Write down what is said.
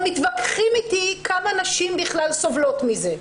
הם מתווכחים איתי כמה נשים בכלל סובלות מזה.